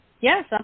Yes